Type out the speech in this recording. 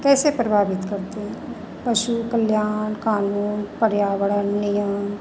कैसे प्रभावित करते हैं पशु कल्याण कानून पर्यावरण नियम